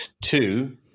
two